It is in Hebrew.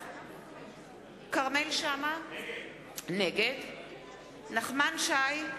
כרמל שאמה, נגד נחמן שי,